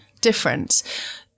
difference